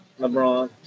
LeBron